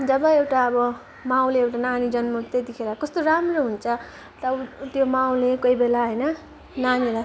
जब एउटा अब माउले एउटा नानी जन्माउँछ त्यतिखेर कस्तो राम्रो हुन्छ त त्यो माउले कोही बेला होइन नानीलाई